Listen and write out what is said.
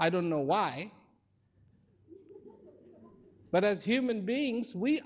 i don't know why but as human beings we